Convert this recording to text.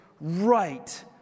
right